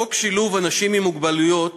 החוק לשילוב אנשים עם מוגבלויות